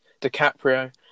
DiCaprio